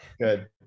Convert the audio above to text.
Good